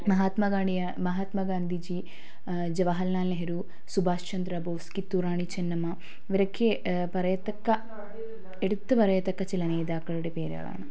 മഹാത്മാഗാണിയാ മഹാത്മാഗാന്ധിജി ജവർലാൽ നെഹ്റു സുഭാഷ് ചന്ദ്രബോസ് കിത്തൂറാണി ചെന്നമ്മ ഇവരൊക്കെ പറയത്തക്ക എടുത്തു പറയത്തക്ക ചില നേതാക്കളുടെ പേരുകളാണ്